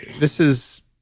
this is